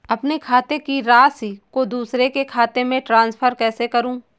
अपने खाते की राशि को दूसरे के खाते में ट्रांसफर कैसे करूँ?